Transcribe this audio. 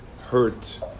hurt